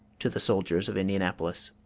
to the soldiers of indianapolis.